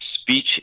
speech